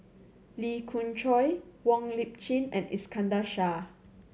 Lee Khoon Choy Wong Lip Chin and Iskandar Shah